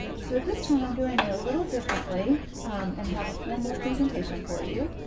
so at this time, i'm doing a little differently and have a formal presentation for you.